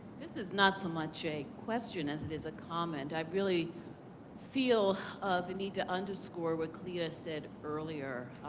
this is not so much a question as it is a comment. i really feel the need to under score what cleda said earlier.